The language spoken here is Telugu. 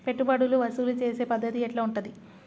పెట్టుబడులు వసూలు చేసే పద్ధతి ఎట్లా ఉంటది?